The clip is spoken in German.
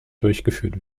durchgeführt